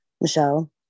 Michelle